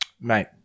Mate